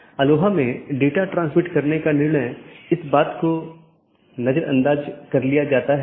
इसलिए दूरस्थ सहकर्मी से जुड़ी राउटिंग टेबल प्रविष्टियाँ अंत में अवैध घोषित करके अन्य साथियों को सूचित किया जाता है